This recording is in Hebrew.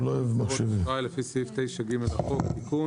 צמצום מסגרות אשראי לפי סעיף 9(ג) לחוק)(תיקון),